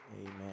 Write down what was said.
amen